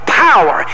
power